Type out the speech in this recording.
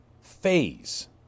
phase